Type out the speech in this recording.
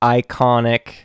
iconic